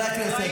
חברי הכנסת,